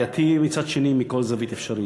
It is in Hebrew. ומצד שני בעייתי מכל זווית אפשרית.